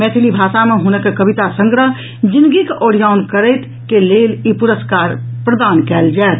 मैथिली भाषा मे हुनक कविता संग्रह जिनगिक ओरिआओन करैत के लेल ई पुरस्कार प्रदान कयल जायत